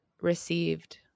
received